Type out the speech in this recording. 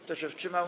Kto się wstrzymał?